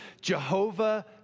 Jehovah